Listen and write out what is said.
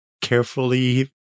carefully